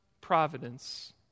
providence